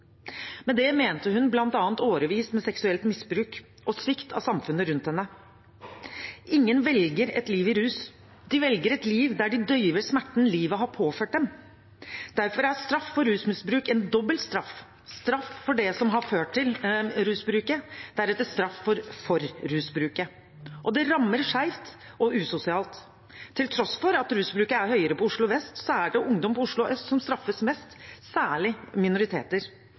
Med det mente hun bl.a. årevis med seksuelt misbruk og svikt i samfunnet rundt henne. Ingen velger et liv i rus. De velger et liv der de døyver smerten livet har påført dem. Derfor er straff for rusmisbruk en dobbelt straff – straff for det som har ført til rusbruken, deretter straff for rusbruken. Det rammer skjevt og usosialt. Til tross for at rusbruken er større på Oslo vest, er det ungdom på Oslo øst som straffes mest, særlig minoriteter,